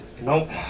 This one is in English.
Nope